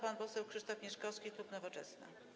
Pan poseł Krzysztof Mieszkowski, klub Nowoczesna.